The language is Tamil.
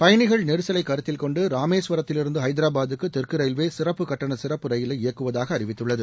பயனிகள் நெரிசலை கருத்தில்கொண்டு ராமேஸ்வரத்திலிருந்து ஐதராபாத்துக்கு தெற்கு ரயில்வே சிறப்பு கட்டண சிறப்பு ரயிலை இயக்குவதாக அறிவித்துள்ளது